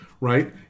right